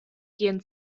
gehen